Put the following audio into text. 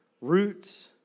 Roots